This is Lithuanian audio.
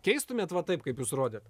keistumėt va taip kaip jūs rodėt